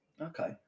Okay